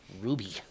ruby